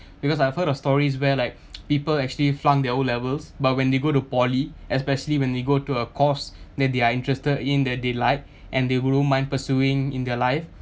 because I've heard of stories where like people actually flunk their O levels but when they go to poly especially when they go to a course then they are interested in that they like and they wouldn't mind pursuing in their life